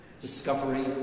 Discovery